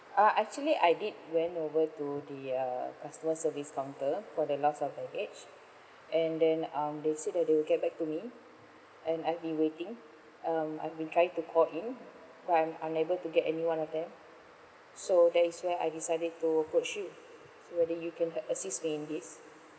uh actually I did went over to the uh customer service counter for the loss of baggage and then um they said that they will get back to me and I've been waiting um I've been trying to call in but I'm unable to get anyone of them so that is why I decided to approach so whether you can help assist in this